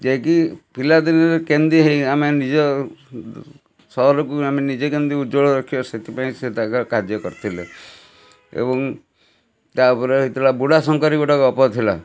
ଯିଏକି ପିଲାଦିନରେ କେମିତି ହେଇ ଆମେ ନିଜ ସହରକୁ ଆମେ ନିଜେ କେମିତି ଉଜ୍ଜ୍ୱଳ ରଖିବା ସେଥିପାଇଁ ସେ ତାଙ୍କର କାର୍ଯ୍ୟ କରିଥିଲେ ଏବଂ ତା'ପରେ ହେଇଥିଲା ବୁଢ଼ା ଶଙ୍ଖାରି ଗୋଟେ ଗପ ଥିଲା